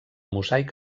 mosaic